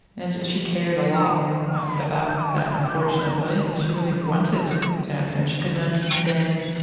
and she cared a lot about that, unfortunately. she really wanted to have friends. she couldn't understand